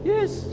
Yes